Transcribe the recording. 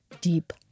deep